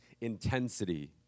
intensity